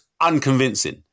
unconvincing